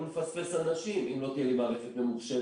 לפספס אנשים אם לא תהיה לי מערכת ממוחשבת.